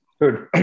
Good